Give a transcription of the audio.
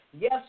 Yes